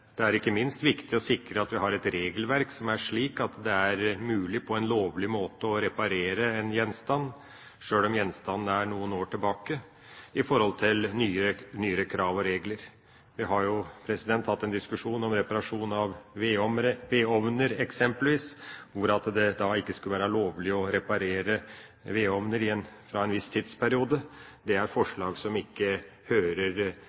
det er ikke minst viktig å sikre at vi har et regelverk som er slik at det er mulig på en lovlig måte å reparere en gjenstand, sjøl om gjenstanden er fra noen år tilbake, i forhold til nyere krav og regler. Vi har jo eksempelvis hatt en diskusjon om reparasjon av vedovner, hvor det ikke skulle være lovlig å reparere vedovner fra en viss tidsperiode. Det er forslag som ikke hører